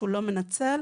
לא מנצל,